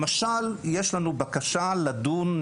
למשל יש לנו בקשה לדון,